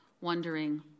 wondering